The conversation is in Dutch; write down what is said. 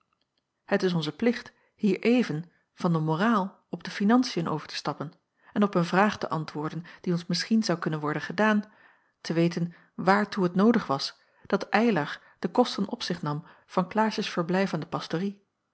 het is onze plicht hier even van de moraal op de financiën over te stappen en op een vraag te antwoorden die ons misschien zou kunnen worden gedaan te weten waartoe het noodig was dat eylar de kosten op zich nam van klaasjes verblijf aan de pastorie